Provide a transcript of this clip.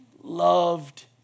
loved